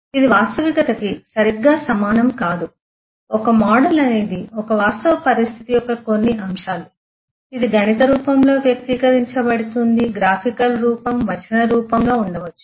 ఇది వాస్తవికతకి సరిగ్గా సమానం కాదు ఒక మోడల్ అనేది ఒక వాస్తవ పరిస్థితి యొక్క కొన్ని అంశాలు ఇది గణిత రూపంలో వ్యక్తీకరించబడుతుంది గ్రాఫికల్ రూపం వచన రూపంలో ఉండవచ్చు